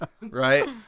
Right